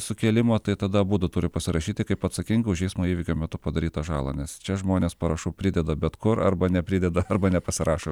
sukėlimo tai tada abudu turi pasirašyti kaip atsakingą už eismo įvykio metu padarytą žalą nes čia žmonės parašų prideda bet kur arba neprideda arba nepasirašo